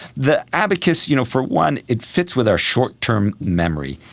the abacus, you know for one, it fits with our short term memory.